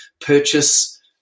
purchase